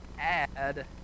add